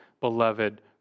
beloved